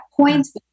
points